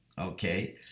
Okay